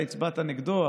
אתה הצבעת נגדו,